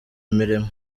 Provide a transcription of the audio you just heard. imirimo